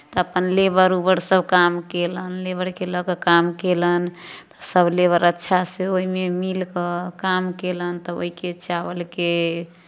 तऽ अपन लेबर उबरसभ काम कयलनि लेबरकेँ लऽ कऽ काम कयलनि सभ लेबर अच्छासँ ओहिमे मिलि कऽ काम कयलनि तऽ ओहिके चावलके